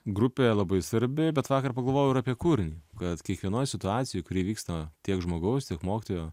grupė labai svarbi bet vakar pagalvojau ir apie kūrinį kad kiekvienoj situacijoj kuri vyksta tiek žmogaus tiek mokytojo